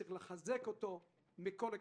יש לחזקו מכל הכיוונים.